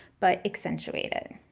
but accentuate it.